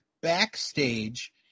backstage